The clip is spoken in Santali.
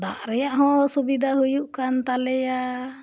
ᱫᱟᱜ ᱨᱮᱭᱟᱜ ᱦᱚᱸ ᱚᱥᱩᱵᱤᱫᱷᱟ ᱦᱩᱭᱩᱜ ᱠᱟᱱ ᱛᱟᱞᱮᱭᱟ